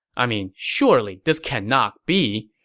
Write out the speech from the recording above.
i mean, surely this cannot be.